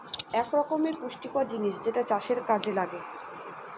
এক রকমের পুষ্টিকর জিনিস যেটা চাষের কাযে লাগে